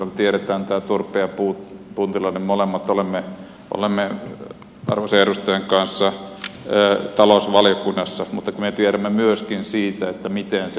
me tiedämme tämän turpeen ja puun tilanteen molemmat olemme arvoisan edustajan kanssa talousvaliokunnassa mutta kun me tiedämme myöskin sen miten se muodostui